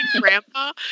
grandpa